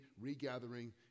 regathering